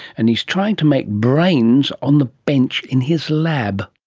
and he's trying to make brains on the bench in his lab.